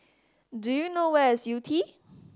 do you know where is Yew Tee